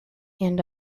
and